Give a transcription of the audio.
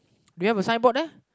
do you have a sign board